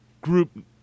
group